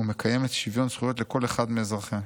ומקיימת שוויון זכויות לכל אחד מאזרחיה.